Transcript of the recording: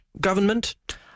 government